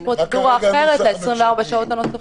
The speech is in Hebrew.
פרוצדורה אחרת ל-24 שעות הנוספות הללו.